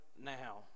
now